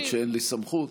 למרות שאין לי סמכות.